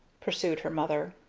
pursued her mother.